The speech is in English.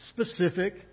specific